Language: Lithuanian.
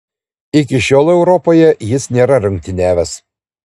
iki šiol europoje jis nėra rungtyniavęs